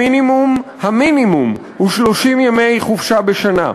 המינימום, המינימום, הוא 30 ימי חופשה בשנה.